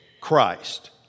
Christ